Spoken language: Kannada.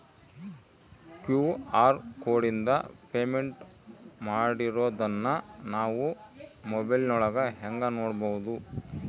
ಕ್ಯೂ.ಆರ್ ಕೋಡಿಂದ ಪೇಮೆಂಟ್ ಮಾಡಿರೋದನ್ನ ನಾವು ಮೊಬೈಲಿನೊಳಗ ಹೆಂಗ ನೋಡಬಹುದು?